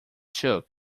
shook